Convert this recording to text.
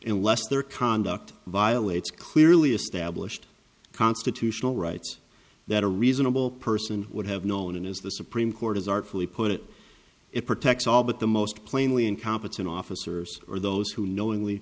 unless their conduct violates clearly established constitutional rights that a reasonable person would have known and as the supreme court has artfully put it it protects all but the most plainly incompetent officers are those who knowingly